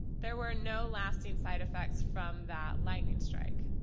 there were no lasting side-effects from that lighting and strike.